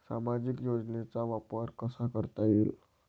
सामाजिक योजनेचा वापर कसा करता येईल?